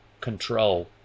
control